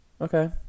okay